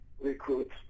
recruits